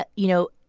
ah you know,